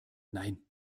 nein